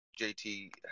JT